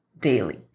daily